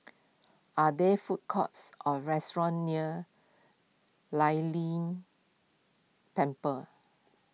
are there food courts or restaurants near lie ling Temple